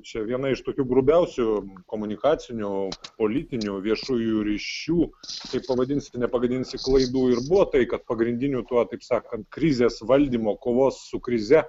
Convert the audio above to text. čia viena iš tokių grubiausių komunikacinių politinių viešųjų ryšių kaip pavadinsi nepagadinsi klaidų ir buvo tai kad pagrindiniu tuo taip sakant krizės valdymo kovos su krize